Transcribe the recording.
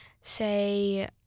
say